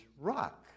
rock